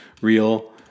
real